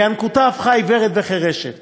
בינקותה הפכה עיוורת וחירשת,